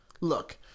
look